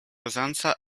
usanza